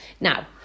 Now